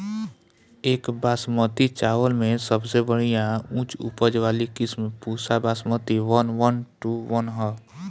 एक बासमती चावल में सबसे बढ़िया उच्च उपज वाली किस्म Pusa Basmati one one two one ह?